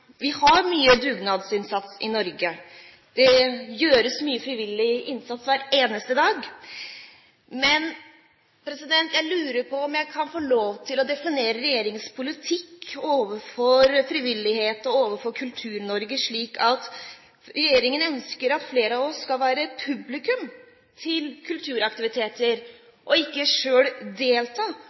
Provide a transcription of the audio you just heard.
Vi har mye dugnadsinnsats i Norge. Det gjøres mye frivillig innsats hver eneste dag. Men jeg lurer på om jeg kan få lov til å definere regjeringens politikk overfor frivillighet og overfor Kultur-Norge slik at regjeringen ønsker at flere av oss skal være publikum til kulturaktiviteter, og ikke selv delta